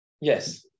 Yes